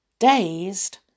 Dazed